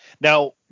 Now